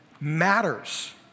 matters